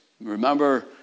Remember